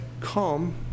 come